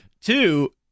Two